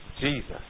Jesus